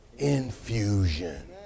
infusion